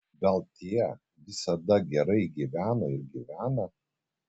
gal tie visada gerai gyveno ir gyvena